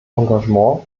engagement